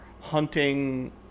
hunting